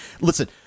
listen